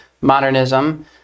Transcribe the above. Modernism